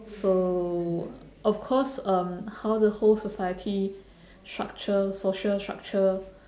so of course um how the whole society structure social structure